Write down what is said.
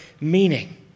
meaning